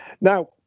Now